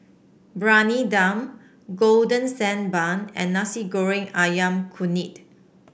Briyani Dum Golden Sand Bun and Nasi Goreng ayam kunyit